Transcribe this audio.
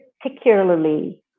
particularly